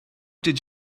did